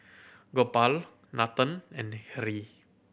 Gopal Nathan and Hri